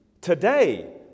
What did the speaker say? today